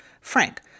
Frank